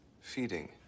feeding